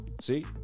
See